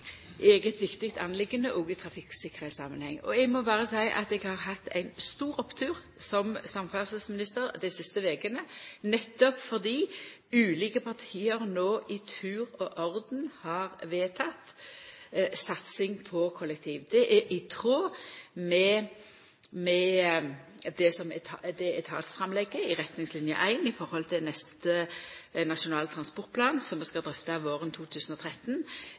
Eg må berre seia at eg har hatt ein stor opptur som samferdselsminister dei siste vekene, nettopp fordi ulike parti no i tur og orden har vedteke satsing på kollektivtrafikk. Det er i samsvar med etatsframlegget i retningsline 1 i neste nasjonale transportplan, som vi skal drøfta våren 2013,